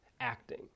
acting